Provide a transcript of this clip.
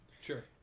Sure